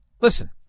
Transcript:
Listen